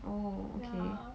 oh okay